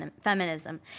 feminism